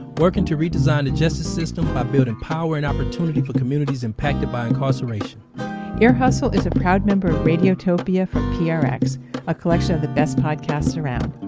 working to redesign the justice system by building power and opportunity for communities impacted by incarceration ear hustle is a proud member of radiotopia from prx, a collection of the best podcasts around.